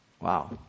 Wow